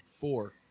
Four